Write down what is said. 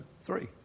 three